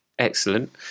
Excellent